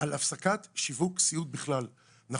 על הפסקת שיווק סיעוד בכלל.